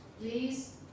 Please